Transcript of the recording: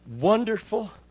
wonderful